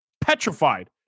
Petrified